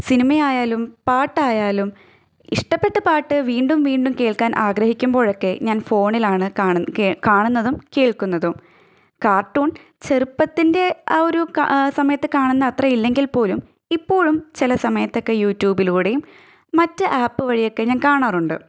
സിനിമയായാലും പാട്ടായാലും ഇഷ്ടപ്പെട്ട പാട്ട് വീണ്ടും വീണ്ടും കേൾക്കാൻ ആഗ്രഹിക്കുമ്പോഴൊക്കെ ഞാൻ ഫോണിലാണ് കാണുന്ന കേൾ കാണുന്നതും കേൾക്കുന്നതും കാർട്ടൂൺ ചെറുപ്പത്തിൻ്റെ ആ ഒരു കാ സമയത്ത് കാണുന്നത് അത്രയും ഇല്ലെങ്കിൽ പോലും ഇപ്പോഴും ചിലസമയത്തൊക്കെ യൂടൂബിലൂടെയും മറ്റ് ആപ്പ് വഴിയൊക്കെ ഞാൻ കാണാറുണ്ട്